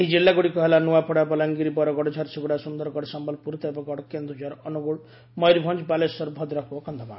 ଏହି ଜିଲ୍ଲୁ ଗୁଡିକ ହେଲା ନିଆପଡା ବଲାଙ୍ଗୀର ବରଗଡଝାରସୁଗୁଡା ସୁନ୍ଦରଗଡ ସମ୍ପଲପୁର ଦେବଗଡ କେନ୍ଦୁଝର ଅନୁଗୁଳ ମୟୁରଭଂଜ ବାଲେଶ୍ୱର ଭଦ୍ରକ ଓ କନ୍ଧମାଳ